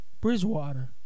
Bridgewater